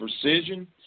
precision